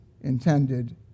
intended